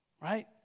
Right